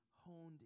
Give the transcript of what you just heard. honed